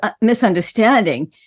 misunderstanding